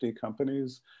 companies